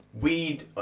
weed